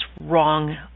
wrong